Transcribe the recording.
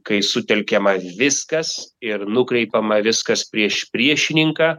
kai sutelkiama viskas ir nukreipiama viskas prieš priešininką